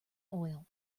oil